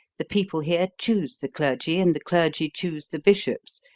the people here choose the clergy, and the clergy choose the bishops,